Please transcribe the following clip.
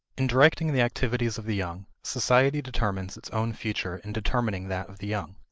in directing the activities of the young, society determines its own future in determining that of the young.